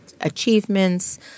achievements